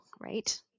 right